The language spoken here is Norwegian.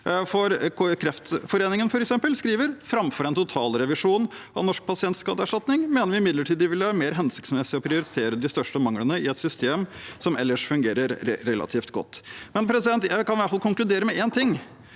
til. Kreftforeningen, f.eks., skriver: «Framfor en totalrevisjon av Norsk pasientskadeerstatning, mener vi imidlertid det ville vært mer hensiktsmessig å prioritere de største manglene i et system som ellers fungerer relativt godt.» Jeg kan i hvert fall konkludere med én ting: